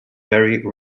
very